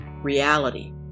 reality